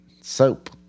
Soap